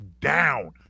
down